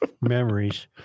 memories